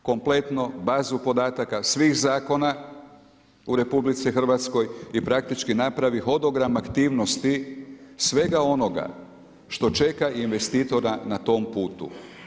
Zna sve, kompletno bazu podataka, svih zakona u RH i praktički napravi hodogram aktivnosti svega onoga što čeka investitora na tom putu.